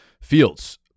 Fields